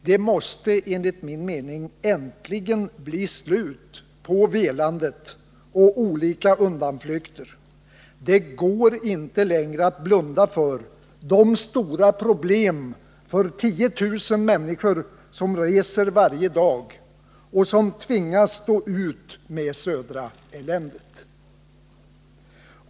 Det måste enligt vår mening äntligen bli ett slut på velandet och olika undanflykter. Det går inte längre att blunda för de stora problemen för de 10 000 människor som reser varje dag och tvingas stå ut med ”Södraeländet”.